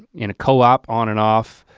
in a co op. on and off.